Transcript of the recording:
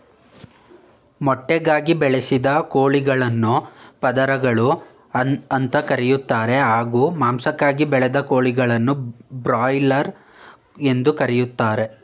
ಮೊಟ್ಟೆಗಾಗಿ ಬೆಳೆಸಿದ ಕೋಳಿಗಳನ್ನು ಪದರಗಳು ಅಂತ ಕರೀತಾರೆ ಹಾಗೂ ಮಾಂಸಕ್ಕಾಗಿ ಬೆಳೆದ ಕೋಳಿಗಳನ್ನು ಬ್ರಾಯ್ಲರ್ ಅಂತ ಕರೀತಾರೆ